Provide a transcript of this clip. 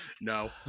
No